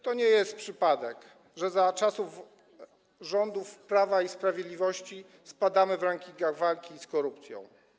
To nie jest przypadek, że za czasów rządów Prawa i Sprawiedliwości spadamy w rankingach walki z korupcją.